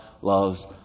loves